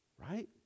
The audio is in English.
Right